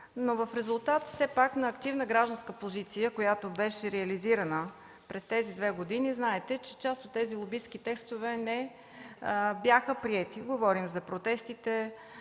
В резултат все пак на активна гражданска позиция, която беше реализирана през тези две години, част от тези лобистки текстове не бяха приети – говорим за протестите